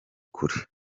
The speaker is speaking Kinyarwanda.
kure